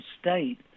state